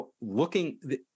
looking